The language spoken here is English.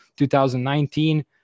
2019